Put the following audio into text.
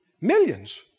Millions